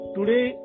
Today